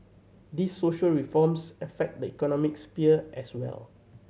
these social reforms affect the economic sphere as well